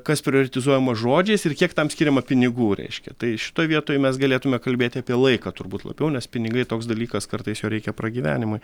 kas prioretizuojama žodžiais ir kiek tam skiriama pinigų reiškia tai šitoj vietoj mes galėtume kalbėti apie laiką turbūt labiau nes pinigai toks dalykas kartais jo reikia pragyvenimui